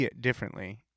differently